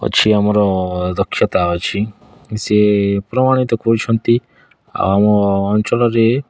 ଅଛି ଆମର ଦକ୍ଷତା ଅଛି ସେ ପ୍ରମାଣିତ କରୁଛନ୍ତି ଆଉ ଆମ ଅଞ୍ଚଳରେ